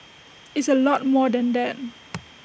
it's A lot more than that